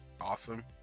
awesome